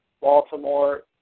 Baltimore